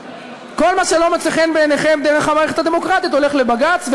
כל מה שלא מוצא חן בעיניכם דרך המערכת הדמוקרטית הולך לבג"ץ,